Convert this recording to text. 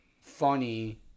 funny